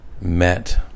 met